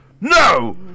No